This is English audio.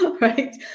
right